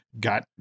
got